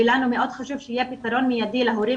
ולנו מאוד חשוב שיהיה פתרון מיידי להורים